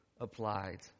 applied